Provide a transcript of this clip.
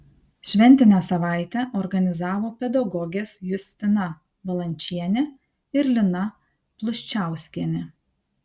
šventinę savaitę organizavo pedagogės justina valančienė ir lina pluščiauskienė